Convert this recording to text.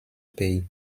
pays